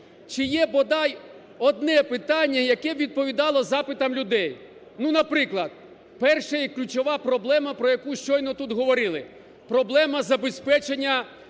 Чи є бодай одне питання, яке б відповідало запитам людей? Ну, наприклад, перша і ключова проблема, про яку щойно тут говорити, – проблема забезпечення